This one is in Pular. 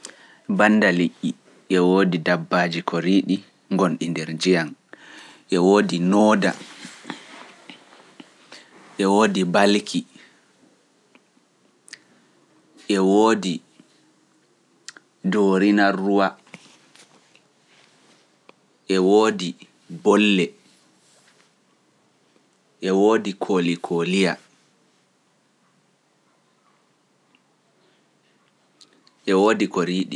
Ɓannda liƴƴi e woodi dabbaaji koriiɗi gonɗi nder njiyam e woodi nooda e woodi mbalki e woodi doorinar ruwa e woodi bolle e woodi koolikooliya e woodi koriiɗi.